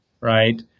right